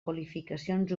qualificacions